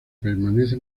permanece